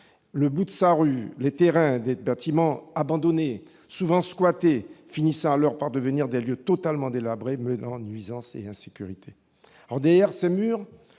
au bout de sa rue ces terrains et bâtiments abandonnés, souvent squattés, finissant alors par devenir des lieux totalement délabrés mêlant nuisances et insécurité.